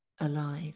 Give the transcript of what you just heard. alive